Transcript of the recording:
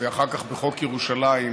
ואחר כך בחוק ירושלים,